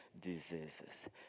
diseases